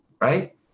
right